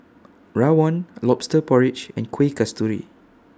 Rawon Lobster Porridge and Kuih Kasturi